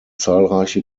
zahlreiche